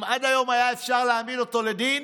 אם עד היום היה אפשר להעמיד אותו לדין,